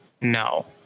No